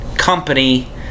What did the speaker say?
company